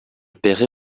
paierai